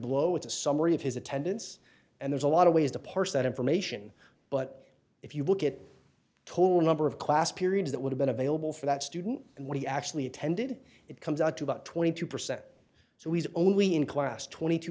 below is a summary of his attendance and there's a lot of ways to parse that information but if you look at the total number of class periods that would have been available for that student and what he actually attended it comes out to about twenty two percent so he's only in class twenty two